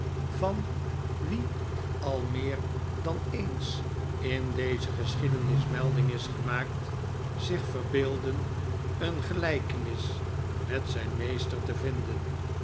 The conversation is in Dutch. van wie al meer dan eens in deze geschiedenis melding is gemaakt zich verbeeldden een gelijkenis met zijn meester te vinden